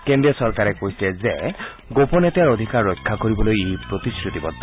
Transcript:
কেন্দ্ৰীয় চৰকাৰে কৈছে যে গোপনীয়তাৰ অধিকাৰ ৰক্ষা কৰিবলৈ ই প্ৰতিশ্ৰুতিবদ্ধ